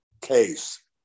case